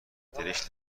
دلش